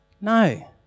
No